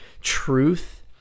truth